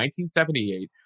1978